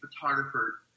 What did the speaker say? Photographer